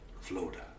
Florida